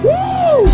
Woo